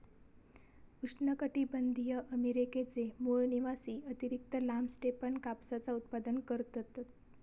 उष्णकटीबंधीय अमेरिकेचे मूळ निवासी अतिरिक्त लांब स्टेपन कापसाचा उत्पादन करतत